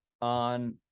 on